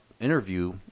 interview